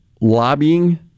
lobbying